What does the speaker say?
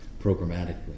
programmatically